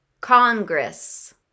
Congress